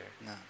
No